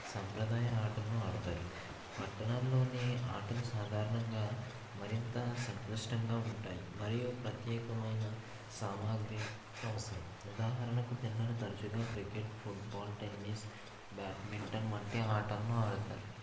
సాంప్రదాయ ఆటలను ఆడతారు పట్టణాల్లోని ఆటలు సాధారణంగా మరింత సంక్లిష్టంగా ఉంటాయి మరియు ప్రత్యేకమైన సామాగ్రి అవసరం ఉదాహరణకు పిల్లలు తరచుగా క్రికెట్ ఫుట్బాల్ టెన్నిస్ బాడ్మింటన్ వంటి ఆటలను ఆడతారు